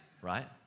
Right